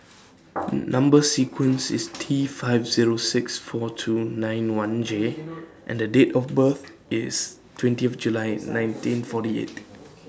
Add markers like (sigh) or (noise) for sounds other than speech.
(noise) Number sequence IS T five Zero six four two nine one J and The Date of birth IS twentieth July nineteen forty eight